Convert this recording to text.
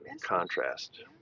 contrast